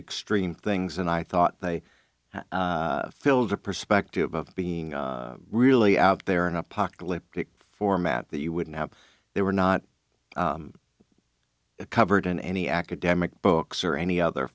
extreme things and i thought they filled the perspective of being really out there in apocalyptic format that you wouldn't have they were not covered in any academic books or any other